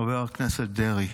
חבר הכנסת דרעי,